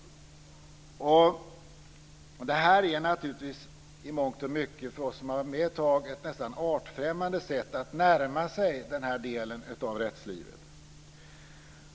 Och detta är naturligtvis i mångt och mycket för oss som har varit med ett tag ett nästan artfrämmande sätt att närma sig den här delen av rättslivet.